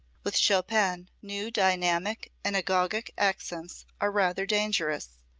with chopin, new dynamic and agogic accents are rather dangerous,